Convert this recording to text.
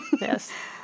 Yes